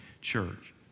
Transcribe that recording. church